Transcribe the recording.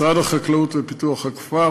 משרד החקלאות ופיתוח הכפר,